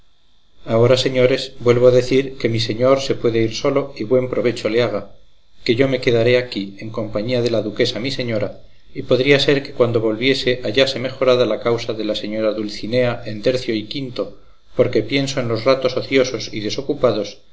ahora señores vuelvo a decir que mi señor se puede ir solo y buen provecho le haga que yo me quedaré aquí en compañía de la duquesa mi señora y podría ser que cuando volviese hallase mejorada la causa de la señora dulcinea en tercio y quinto porque pienso en los ratos ociosos y desocupados